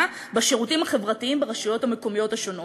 בשירותים החברתיים ברשויות המקומיות השונות.